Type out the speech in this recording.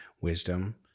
wisdom